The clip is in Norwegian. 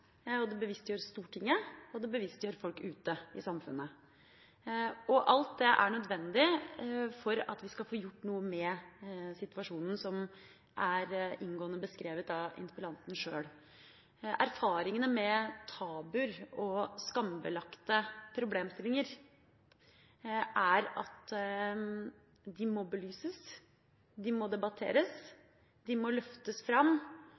Jeg vet at det å reise interpellasjoner om temaer som man er opptatt av, bidrar til bevisstgjøring. Det bevisstgjør oss i departementene, det bevisstgjør Stortinget og det bevisstgjør folk ute i samfunnet. Alt det er nødvendig for at vi skal få gjort noe med situasjonen som er inngående beskrevet av interpellanten sjøl. Erfaringene med tabuer og skambelagte problemstillinger er at de